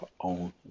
own